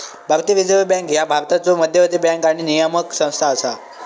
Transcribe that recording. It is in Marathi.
भारतीय रिझर्व्ह बँक ह्या भारताचो मध्यवर्ती बँक आणि नियामक संस्था असा